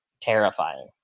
terrifying